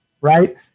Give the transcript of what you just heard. right